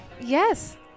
Yes